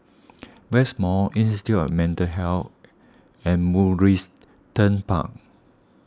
West Mall Institute of Mental Health and Mugliston Park